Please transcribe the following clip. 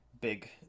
big